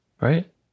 Right